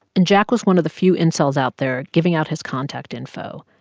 and jack was one of the few incels out there giving out his contact info.